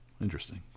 Interesting